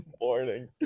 morning